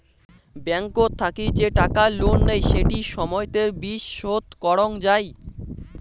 ব্যাংকত থাকি যে টাকা লোন নেই সেটি সময়তের বিচ শোধ করং যাই